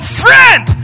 friend